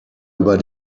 über